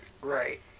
right